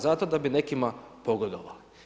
Zato da bi nekima pogodovao.